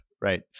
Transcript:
right